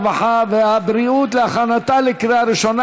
הרווחה והבריאות להכנתה לקריאה ראשונה.